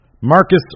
Marcus